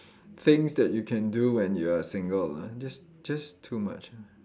things that you can do when you are single lah just just too much ah